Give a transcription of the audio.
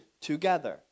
together